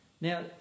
Now